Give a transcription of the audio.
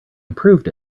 improved